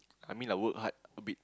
I mean like work hard a bit